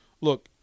Look